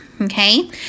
okay